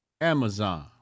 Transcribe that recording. Amazon